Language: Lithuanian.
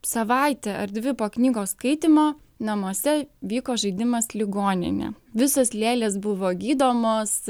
savaitę ar dvi po knygos skaitymo namuose vyko žaidimas ligoninė visos lėlės buvo gydomos